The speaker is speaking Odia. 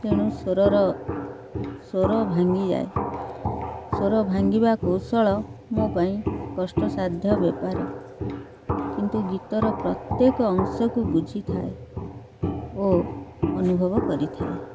ତେଣୁ ସ୍ୱରର ସ୍ୱର ଭାଙ୍ଗିଯାଏ ସ୍ୱର ଭାଙ୍ଗିବା କୌଶଳ ମୋ ପାଇଁ କଷ୍ଟ ସାଧ୍ୟ ବେପାର କିନ୍ତୁ ଗୀତର ପ୍ରତ୍ୟେକ ଅଂଶକୁ ବୁଝିଥାଏ ଓ ଅନୁଭବ କରିଥାଏ